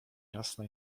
jasna